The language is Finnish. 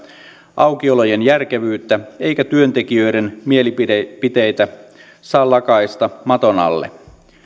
aukiolojen järkevyyttä eikä työntekijöiden mielipiteitä saa lakaista maton alle